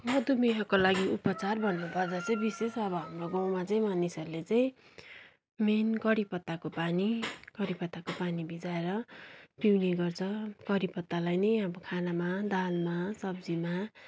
मधुमेहको लागि उपचार भन्नु पर्दा चाहिँ विशेष अब हाम्रो गाउँमा चाहिँ मानिसहरूले चाहिँ मेन कडी पत्ताको पानी कडी पत्ताको पानी भिजाएर पिउने गर्छ कडी पत्तालाई नै अब खानामा दालमा सब्जीमा